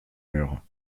mur